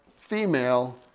female